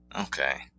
Okay